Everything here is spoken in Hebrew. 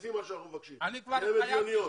לפי מה שאנחנו מבקשים, כי הן הגיוניות.